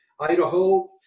Idaho